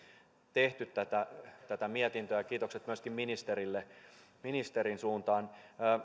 tehty tätä tätä mietintöä kiitokset myöskin ministerin suuntaan